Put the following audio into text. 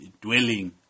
dwelling